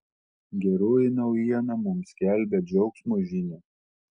geroji naujiena mums skelbia džiaugsmo žinią